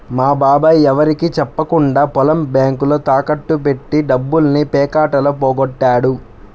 మా బాబాయ్ ఎవరికీ చెప్పకుండా పొలం బ్యేంకులో తాకట్టు బెట్టి డబ్బుల్ని పేకాటలో పోగొట్టాడు